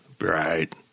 Right